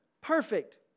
Perfect